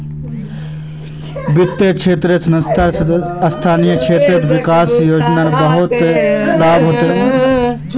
वित्तेर क्षेत्रको संसद सदस्य स्थानीय क्षेत्र विकास योजना बहुत बेसी लाभ मिल ले